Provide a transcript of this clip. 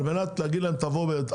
על מנת להגיד להם תבואו בתחבורה ציבורית,